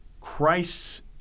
Christ's